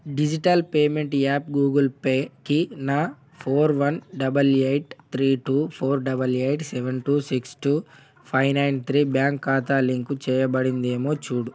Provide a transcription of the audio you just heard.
digital payment app Google పేకి నా four one double eight three two four double eight seven two six two five nine three bank ఖాతా link చేయబడిందేమో చూడు